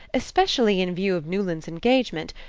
especially in view of newland's engagement,